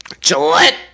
Gillette